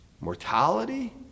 mortality